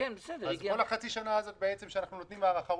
כל החצי שנה הזאת שאנחנו נותנים הארכה,